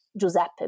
Giuseppe